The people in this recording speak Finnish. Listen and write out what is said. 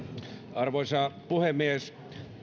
arvoisa puhemies